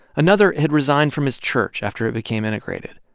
another had resigned from his church after it became integrated.